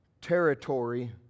territory